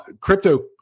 crypto